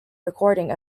recording